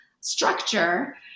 Structure